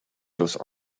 those